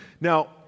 Now